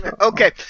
Okay